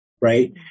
right